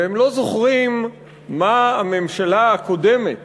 והם לא זוכרים מה הממשלה הקודמת